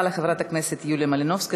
תודה רבה לחברת הכנסת יוליה מלינובסקי.